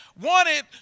wanted